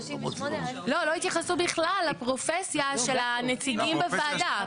לא, לא התייחסו בכלל לפרופסיה של הנציגים בוועדה.